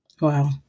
Wow